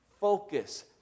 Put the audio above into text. focus